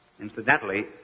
incidentally